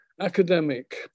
academic